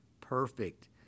perfect